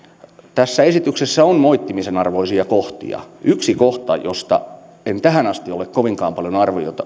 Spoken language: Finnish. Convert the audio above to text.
tässä esityksessä on moittimisen arvoisia kohtia yksi kohta josta en tähän asti ole kovinkaan paljon